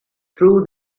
through